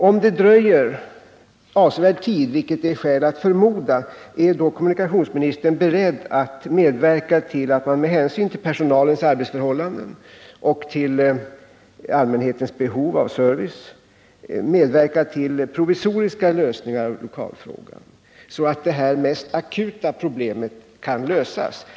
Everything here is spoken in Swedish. Om det dröjer avsevärd tid — vilket det finns skäl att förmoda — är då kommunikationsministern beredd att, med hänsyn till personalens arbetsförhållanden och till allmänhetens behov av service, medverka till provisoriska lösningar av lokalfrågan, så att det mest akuta problemet kan lösas?